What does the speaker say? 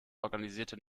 organisierte